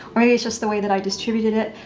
or maybe it's just the way that i distributed it,